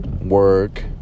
work